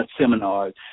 seminars